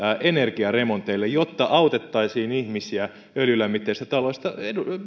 energiaremonteille jotta autettaisiin ihmisiä öljylämmitteisistä taloista